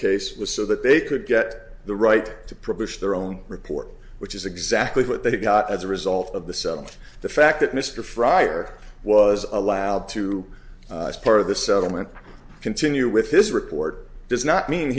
case was so that they could get the right to produce their own report which is exactly what they got as a result of the self the fact that mr fryer was allowed to part of the settlement continue with his report does not mean